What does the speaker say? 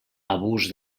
abús